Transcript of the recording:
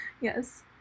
yes